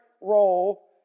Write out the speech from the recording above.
role